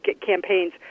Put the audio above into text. campaigns